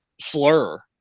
slur